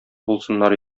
булсыннар